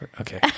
Okay